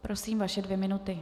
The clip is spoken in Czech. Prosím, vaše dvě minuty.